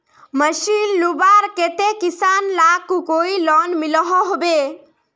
Machine लुबार केते किसान लाक कोई लोन मिलोहो होबे?